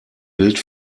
bild